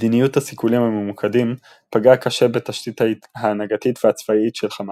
מדיניות הסיכולים הממוקדים פגעה קשה בתשתית ההנהגתית והצבאית של חמאס.